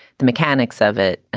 the mechanics of it.